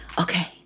Okay